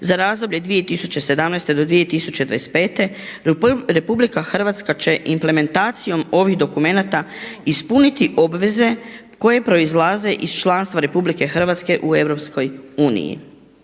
za razdoblje 2017. do 2025. RH će implementacijom ovih dokumenata ispuniti obveze koje proizlaze iz članstva RH u EU.